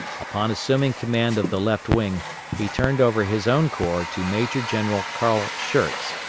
upon assuming command of the left wing he turned over his own corps to major-general carl schurz,